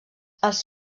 els